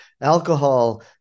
alcohol